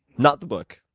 not the book.